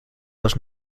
was